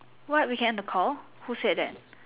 what we can end the call who said that